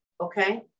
Okay